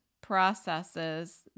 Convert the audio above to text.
processes